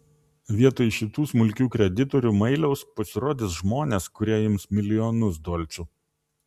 vietoj šitų smulkių kreditorių mailiaus pasirodys žmonės kurie ims milijonus dolcų